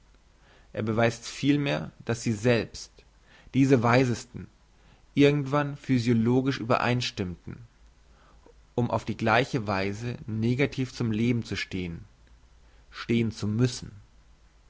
er beweist vielmehr dass sie selbst diese weisesten irgend worin physiologisch übereinstimmten um auf gleiche weise negativ zum leben zu stehn stehn zu müssen